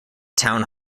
town